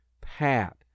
Pat